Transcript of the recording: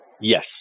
Yes